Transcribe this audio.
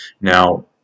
Now